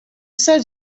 said